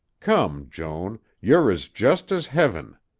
come, joan, you're as just as heaven.